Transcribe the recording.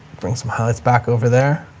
bring some highlights back over there